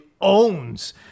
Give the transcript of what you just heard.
owns